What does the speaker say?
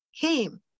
came